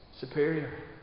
superior